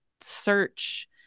search